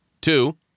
Two